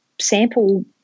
sample